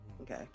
Okay